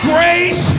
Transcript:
Grace